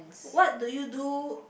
what do you do